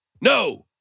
No